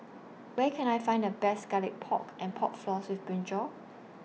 Where Can I Find The Best Garlic Pork and Pork Floss with Brinjal